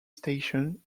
station